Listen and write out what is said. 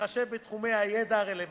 בהתחשב בתחומי הידע הרלוונטיים,